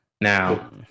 Now